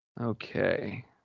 Okay